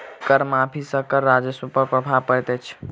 कर माफ़ी सॅ कर राजस्व पर प्रभाव पड़ैत अछि